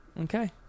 okay